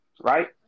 right